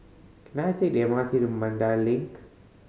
can I take the M R T to Mandai Link